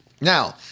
Now